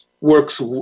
works